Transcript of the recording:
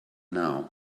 now